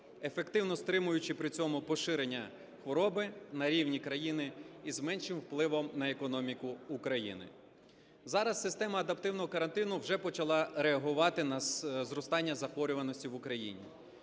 ефективно стримуючи при цьому поширення хвороби на рівні країни і з меншим впливом на економіку України. Зараз система адаптивного карантину вже почала реагувати на зростання захворюваності в Україні.